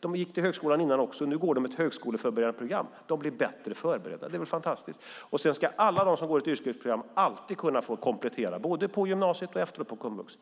De gick till högskolan förut också, men nu går de ett högskoleförberedande program. De blir bättre förberedda. Det är väl fantastiskt? Sedan ska alla som går ett yrkesprogram alltid kunna komplettera, både på gymnasiet och efteråt på komvux.